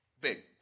big